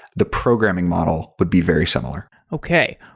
the programming model would be very similar. okay.